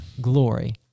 glory